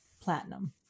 Platinum